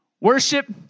Worship